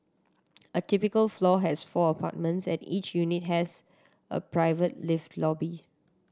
a typical floor has four apartments and each unit has a private lift lobby